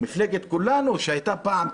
מפלגת כולנו שהייתה פעם,